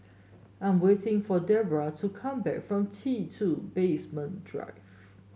I'm waiting for Deborah to come back from T two Basement Drive